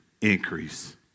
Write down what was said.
increase